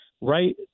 right